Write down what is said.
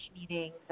meetings